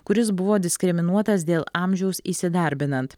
kuris buvo diskriminuotas dėl amžiaus įsidarbinant